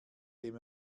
dem